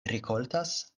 rikoltas